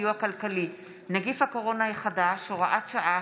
לסיוע כלכלי (נגיף הקורונה החדש) (הוראת שעה)